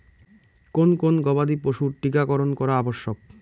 কোন কোন গবাদি পশুর টীকা করন করা আবশ্যক?